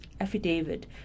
affidavit